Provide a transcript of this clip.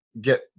get